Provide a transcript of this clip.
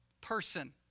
person